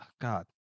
God